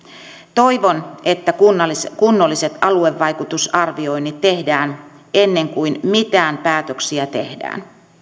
toivon että kunnolliset kunnolliset aluevaikutusarvioinnit tehdään ennen kuin mitään päätöksiä tehdään